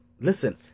listen